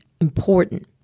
important